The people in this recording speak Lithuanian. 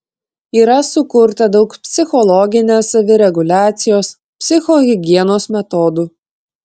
yra sukurta daug psichologinės savireguliacijos psichohigienos metodų